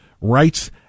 Rights